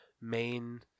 main